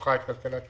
שיבחה את כלכלת ישראל.